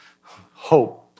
hope